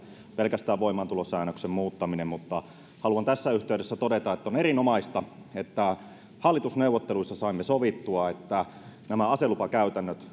pelkästään voimaantulosäännöksen muuttaminen mutta haluan tässä yhteydessä todeta että on erinomaista että hallitusneuvotteluissa saimme sovittua että nämä aselupakäytännöt